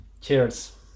Cheers